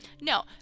No